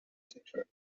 sector